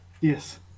Yes